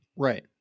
Right